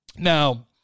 Now